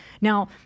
Now